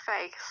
face